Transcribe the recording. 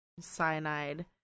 cyanide